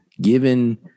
Given